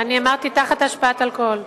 אמרתי תחת השפעת אלכוהול.